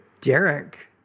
Derek